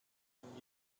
man